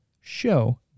show